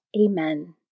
Amen